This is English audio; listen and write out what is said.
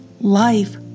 life